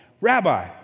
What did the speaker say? Rabbi